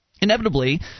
inevitably